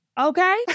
okay